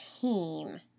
team